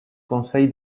conseil